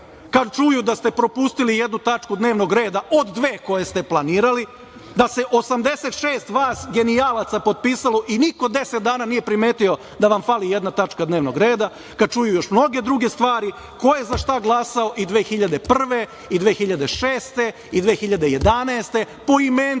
Kada čuju da ste propustili jednu tačku dnevnog reda, od dve koje ste planirali, da se 86 vas genijalaca potpisalo i niko 10 dana nije primetio da vam fali jedna tačka dnevnog reda, kada čuju još mnoge druge stvari, ko je za šta glasao i 2001. i 2006. i 2011. poimenice,